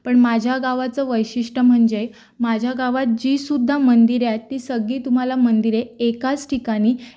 पण माझ्या गावाचं वैशिष्ट्य म्हणजे माझ्या गावात जीसुद्धा मंदिरे आहेत ती सगळी तुम्हाला मंदिरे एकाच ठिकाणी